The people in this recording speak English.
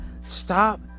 Stop